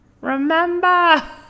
Remember